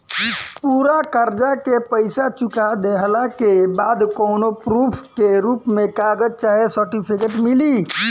पूरा कर्जा के पईसा चुका देहला के बाद कौनो प्रूफ के रूप में कागज चाहे सर्टिफिकेट मिली?